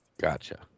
Gotcha